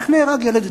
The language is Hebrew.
איך נהרג ילד?